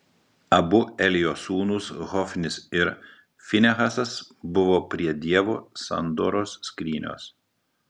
abu elio sūnūs hofnis ir finehasas buvo prie dievo sandoros skrynios